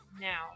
Now